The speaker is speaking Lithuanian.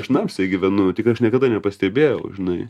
šnapse gyvenu tik aš niekada nepastebėjau žinai